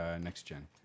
next-gen